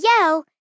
yell